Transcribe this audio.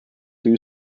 two